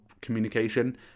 communication